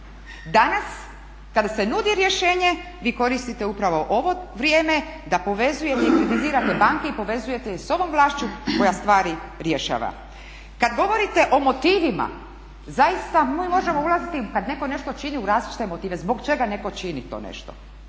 Danas kada se nudi rješenje vi koristite upravo ovo vrijeme da povezujete i kritizirate banke i povezujete je s ovom vlašću koja stvari rješava. Kad govorite o motivima, zaista mi možemo ulaziti kad netko nešto čini u različite motive zbog čega netko čini to nešto.